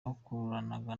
bakoranaga